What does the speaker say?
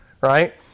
Right